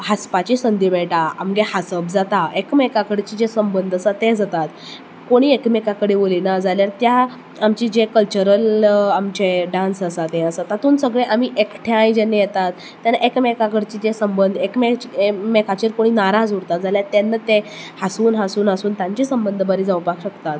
हांसपाची संदी मेळटा आमगें हांसप जाता एकमेकां कडचें जें संबंद आसा तें जातात कोणीय एकमेकां कडेन जर उलयना जाल्यार त्या आमच्या जें कल्चरल आमचें डांस आसा ह्यें आसा तातूंत सगळें आमी एकठांय जेन्ना येतात आनी एकमेकां कडचें जें संबंद एक मेकांचेर कोण नाराज उरता जाल्यार तेन्ना तें हांसून हांसून हांसून तांचें संबंद बरें जावपाक शकता